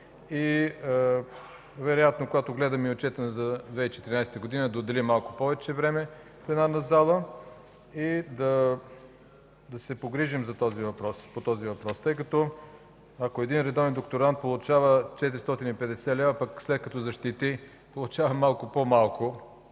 и вероятно, когато гледаме отчета за 2014 г., да отделим малко повече време в пленарната зала, да се погрижим по този въпрос. Ако един редовен докторант получава 450 лв., а след като защити получава малко по-малко